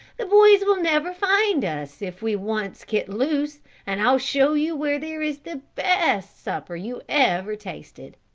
the boys will never find us if we once get loose and i'll show you where there is the best supper you ever tasted.